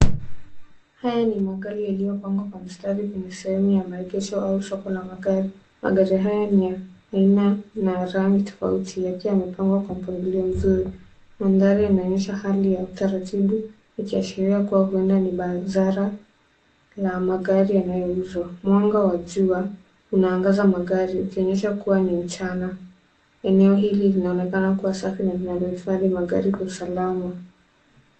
Haya ni magari yaliyopangwa kwa mstari kwenye sehemu ya maegesho au soko la magari. Magari haya ni ya aina na rangi tofauti yakiwa yamepangwa kwa mpangilio mzuri. Mandhari yanaonyesha hali ya utaratibu ikiashiria kuwa huenda ni bazaa la magari yanayouzwa. Mwanga wa jua unaangaza magari ikionyesha kuwa ni mchana. Eneo hili linaonekana kuwa safi na linalohifadhi magari kwa usalama.